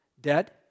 dead